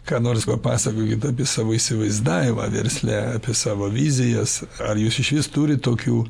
ką nors papasakokit apie savo įsivaizdavimą versle apie savo vizijas ar jūs išvis turit tokių